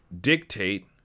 dictate